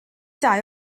dau